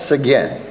again